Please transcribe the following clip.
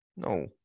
No